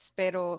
pero